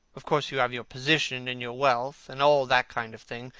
of course, you have your position, and your wealth, and all that kind of thing.